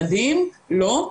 לא,